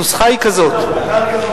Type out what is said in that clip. זחאלקה לא פה.